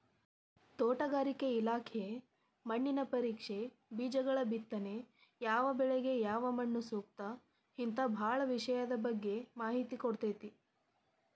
ತೋಟಗಾರಿಕೆ ಇಲಾಖೆ ಮಣ್ಣಿನ ಪರೇಕ್ಷೆ, ಬೇಜಗಳಬಿತ್ತನೆ ಯಾವಬೆಳಿಗ ಯಾವಮಣ್ಣುಸೂಕ್ತ ಹಿಂತಾ ಬಾಳ ವಿಷಯದ ಬಗ್ಗೆ ಮಾಹಿತಿ ಕೊಡ್ತೇತಿ